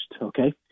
okay